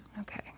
Okay